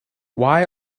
why